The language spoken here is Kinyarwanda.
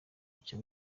bucya